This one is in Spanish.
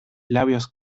labios